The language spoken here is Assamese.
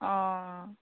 অঁ অঁ